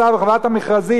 וחובת המכרזים,